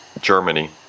Germany